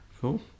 Cool